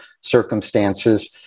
circumstances